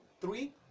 three